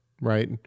Right